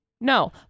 No